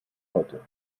heute